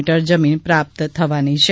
metre જમીન પ્રાપ્ત થવાની છે